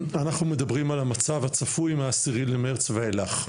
אנחנו מדברים על המצב הצפוי מ-10 למרץ ואילך,